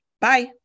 bye